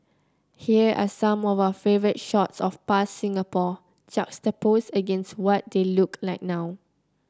here are some of our favourite shots of past Singapore juxtaposed against what they look like now